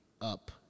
up